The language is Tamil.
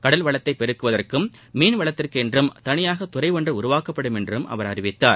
கடல் வளத்தை பெருக்குவதற்கும் மீன் வளத்திற்கென்றும் தனியாக துறை ஒன்று உருவாக்கப்படும் என்றும் அவர் அறிவித்தார்